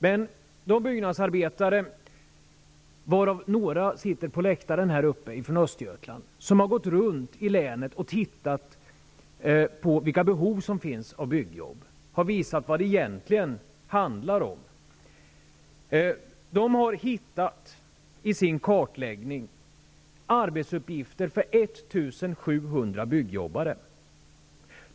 Men de byggnadsarbetare i Östergötland -- några av dem sitter här på läktaren -- som gått runt i länet och undersökt vilka behov av byggjobb som finns har visat vad det egentligen handlar om. De har i sin kartläggning funnit arbetsuppgifter för 1 700 byggjobbare.